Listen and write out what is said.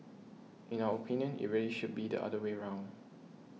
in our opinion it really should be the other way round